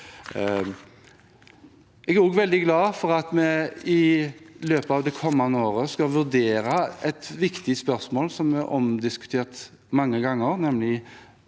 Jeg er veldig glad for at vi i løpet av det kommende året skal vurdere et viktig spørsmål som er diskutert mange ganger,